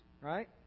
right